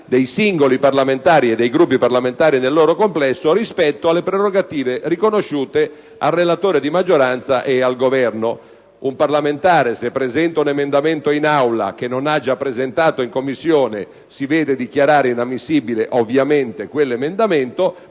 dei singoli parlamentari e dei Gruppi parlamentari nel loro complesso rispetto alle prerogative riconosciute al relatore di maggioranza e al Governo. Un parlamentare, se presenta in Aula un emendamento che non ha già presentato in Commissione, lo vede ovviamente dichiarare inammissibile, mentre questa decisione